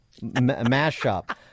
mashup